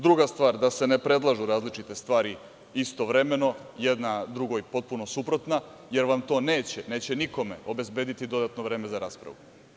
Druga stvar, da se ne predlažu različite stvari istovremeno, jedna drugoj potpuno suprotne, jer vam to neće, neće nikome, obezbediti dodatno vreme za raspravu.